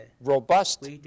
robust